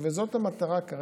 זאת המטרה כרגע,